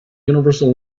universal